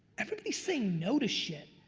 everybody's saying no to shit,